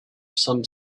some